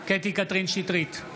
קטי קטרין שטרית,